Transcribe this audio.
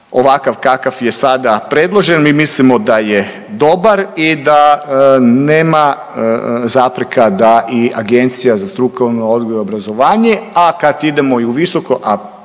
ovakav kakav je sada predložen. Mi mislimo da je dobar i da nema zapreka da i Agencija za strukovni odgoj i obrazovanje. A kad idemo i u visoko,